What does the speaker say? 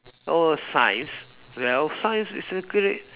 oh science well science is a great